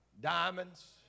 diamonds